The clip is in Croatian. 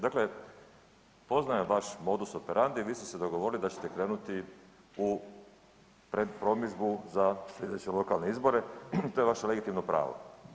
Dakle, poznajem vaš modus operndi, vi ste se dogovorili da ćete krenuti u pred promidžbu za sljedeće lokalne izbore, to je vaše legitimno pravo.